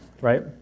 right